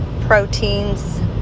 proteins